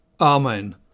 Amen